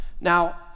now